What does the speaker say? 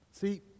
See